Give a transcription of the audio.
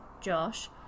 Josh